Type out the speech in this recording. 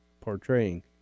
portraying